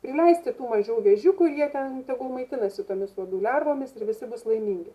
prileisti tų mažų vėžiukų ir jie ten tegul maitinasi tomis uodų lervomis ir visi bus laimingi